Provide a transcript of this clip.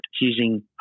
using